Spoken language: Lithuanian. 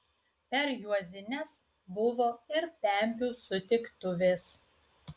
per juozines buvo ir pempių sutiktuvės